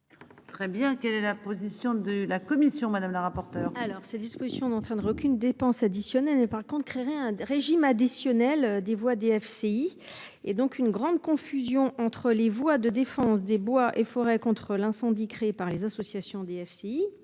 Très bien quelle est la position de la commission, madame la rapporteure.